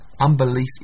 unbelief